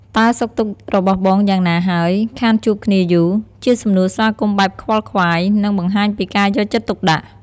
តើសុខទុក្ខរបស់បងយ៉ាងណាហើយ ខានជួបគ្នាយូរ? ជាសំណួរស្វាគមន៍បែបខ្វល់ខ្វាយ និង បង្ហាញពីការយកចិត្តទុកដាក់។